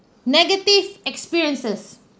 negative experiences